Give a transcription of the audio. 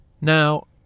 Now